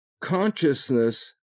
consciousness